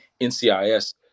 NCIS